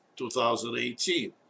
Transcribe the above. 2018